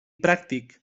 pràctic